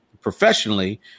professionally